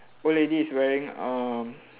old lady is wearing uh